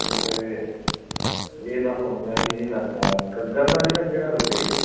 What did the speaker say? ਹੋਰ ਵੀਰੇ ਇਹ ਤਾਂ ਹੋ ਗੀਆਂ ਜੀ ਨਦੀਆਂ ਘੱਗਰ ਨਦੀ ਦਾ ਕਿਹੜਾ ਰੂਟ ਹੈ ਜੀ